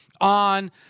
on